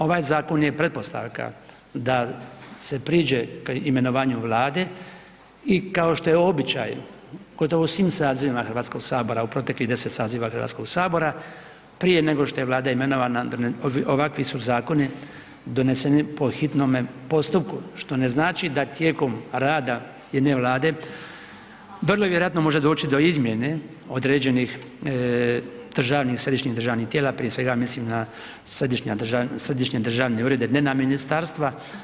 Ovaj zakon je pretpostavka da se priđe imenovanju vlade i kao što je običaj gotovo u svim sazivima Hrvatskoga sabora u proteklih 10 saziva Hrvatskoga sabora, prije nego što je Vlada imenovana, ovakvi su zakoni doneseni po hitnome postupku, što ne znači da tijekom rada jedne vlade, vrlo vjerojatno može doći do izmjene određenih državnih, središnjih državnih tijela, prije svega mislim na središnja državna, središnje državne urede, ne na ministarstva.